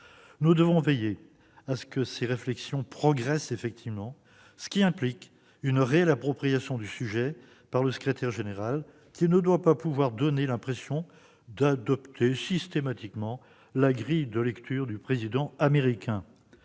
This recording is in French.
Nous devons veiller à ce que ces réflexions progressent effectivement, ce qui implique une réelle appropriation du sujet par le secrétaire général, qui ne doit pas donner l'impression d'adopter systématiquement la grille de lecture du président américain.